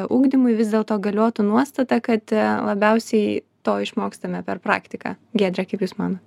ugdymui vis dėlto galiotų nuostata kad labiausiai to išmokstame per praktiką giedre kaip jūs manot